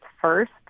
first